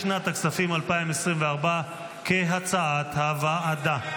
לשנת הכספים 2024, כהצעת הוועדה.